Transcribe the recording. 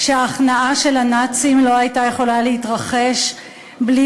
שההכנעה של הנאצים לא הייתה יכולה להתרחש בלי